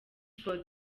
for